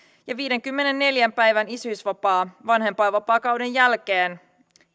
ja viidenkymmenenneljän päivän isyysvapaan vanhempainvapaakauden jälkeen